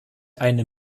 eine